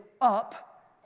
up